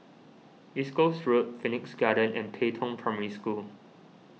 East Coast Road Phoenix Garden and Pei Tong Primary School